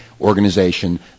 organization